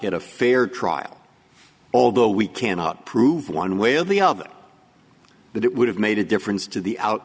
get a fair trial although we cannot prove one way or the other that it would have made a difference to the out